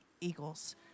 eagles